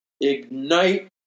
ignite